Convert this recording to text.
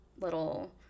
little